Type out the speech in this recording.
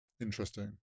Interesting